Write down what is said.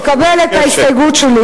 שתקבל את ההסתייגות שלי